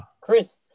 Chris